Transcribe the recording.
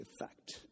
effect